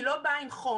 היא לא באה עם חום.